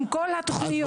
עם כל התוכניות.